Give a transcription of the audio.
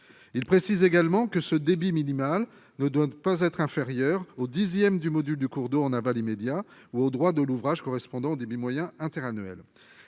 il précise également que ce débit minimal ne doit pas être inférieur au dixième du Module du cours d'eau en aval immédiat ou aux droits de l'ouvrage correspondant des mi-moyens intérêts annuels